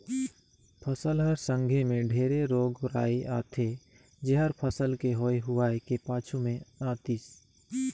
फसल हर संघे मे ढेरे रोग राई आथे जेहर फसल के होए हुवाए के पाछू मे आतिस